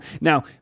Now